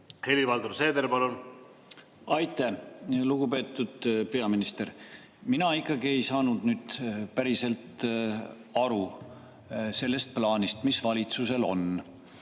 minule pähe ei mahu. Aitäh! Lugupeetud peaminister! Mina ikkagi ei saanud päriselt aru sellest plaanist, mis valitsusel on.